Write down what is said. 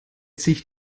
sich